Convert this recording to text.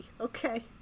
okay